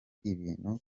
ibintu